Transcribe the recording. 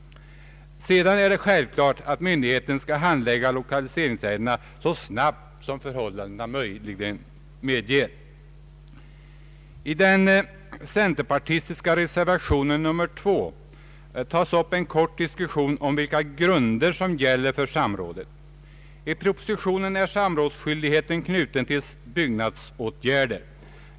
Det är självklart att myndigheten skall handlägga lokaliseringsärendena så snabbt som förhållandena medger. I den centerpartistiska reservationen nr 2 tar man upp en kort diskussion om vilka grunder som skall gälla för samrådet. I propositionen är samrådsskyl digheten knuten till byggnadsåtgärder.